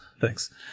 thanks